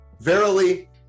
Verily